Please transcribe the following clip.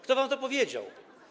Kto wam to powiedział?